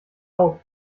auf